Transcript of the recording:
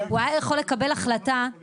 הוא היה יכול לקבל החלטה, תראי,